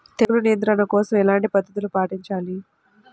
తెగులు నియంత్రణ కోసం ఎలాంటి పద్ధతులు పాటించాలి?